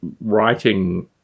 writing